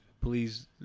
Please